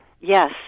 yes